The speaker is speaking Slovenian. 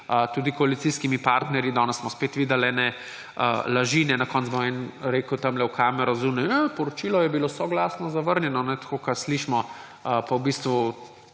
tudi koalicijskimi partnerji. Danes smo spet videli ene laži, na koncu bo eden rekel tam v kamero zunaj, da je poročilo bilo soglasno zavrnjeno, tako kot slišimo, pa v bistvu